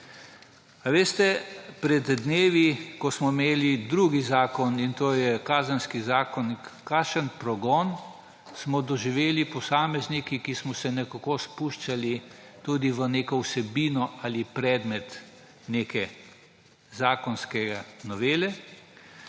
veste, pred dnevi, ko smo imeli drug zakon, in to je Kazenski zakonik, kakšen pogrom smo doživeli posamezniki, ki smo se nekako spuščali tudi v neko vsebino ali predmet neke zakonske novele.